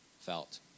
felt